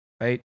right